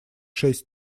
шесть